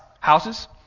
houses